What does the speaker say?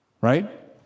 right